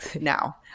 now